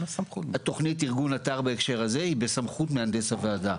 תוכנית ארגון האתר בהיתר הזה היא בסמכות מהנדס הוועדה.